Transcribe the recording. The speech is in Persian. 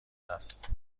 است